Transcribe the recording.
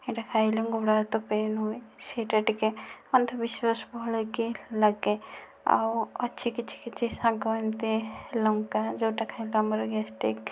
ଏଇଟା ଖାଇଲେ ଗୋଡ଼ ହାତ ପେନ୍ ହୁଏ ସେଇଟା ଟିକେ ଅନ୍ଧବିଶ୍ବାସ ଭଳିକି ଲାଗେ ଆଉ ଅଛି କିଛି କିଛି ସାଗ ଏମିତି ଲଙ୍କା ଯେଉଁଟା ଖାଇଲେ ଆମର ଗ୍ୟାଷ୍ଟ୍ରିକ୍